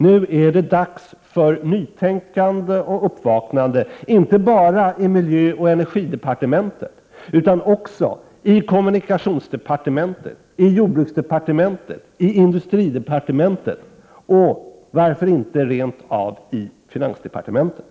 Nu är det dags för ett nytänkande och uppvaknande, inte bara i miljöoch energidepartementet utan också i kommunikationsdepartementet, i jordbruksdepartementet, i industridepartementet och — varför inte — rent av i finansdepartementet.